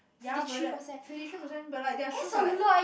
ya but like fifty three percent but like their shoes are like